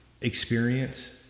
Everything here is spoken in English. experience